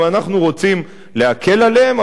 ואנחנו רוצים להקל עליהם,